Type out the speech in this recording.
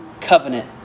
covenant